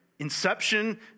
Inception